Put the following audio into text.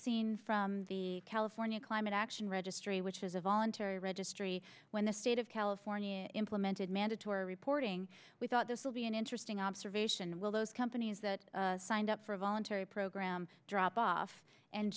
seen from the california climate action registry which has a voluntary registry when the state of california implemented mandatory reporting we thought this will be an interesting observation will those companies that signed up for a voluntary program drop off and